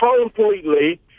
completely